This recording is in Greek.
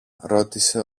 ρώτησε